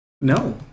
No